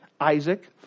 Isaac